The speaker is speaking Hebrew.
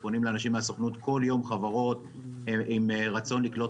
ופונים לראשים מהסוכנות כל יום חברות עם רצון לקלוט